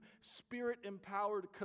Spirit-empowered